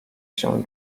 się